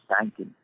banking